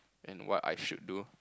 and what I should do